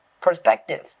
perspective